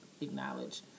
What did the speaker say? acknowledge